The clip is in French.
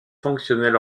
fonctionnel